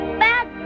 bad